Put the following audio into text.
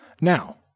Now